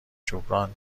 جبران